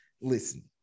Listen